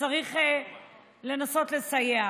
צריך לנסות לסייע.